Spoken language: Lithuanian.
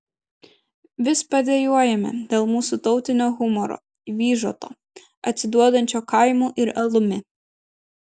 vis padejuojame dėl mūsų tautinio humoro vyžoto atsiduodančio kaimu ir alumi